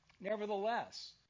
Nevertheless